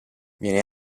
viene